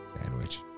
sandwich